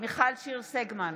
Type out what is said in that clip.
מיכל שיר סגמן,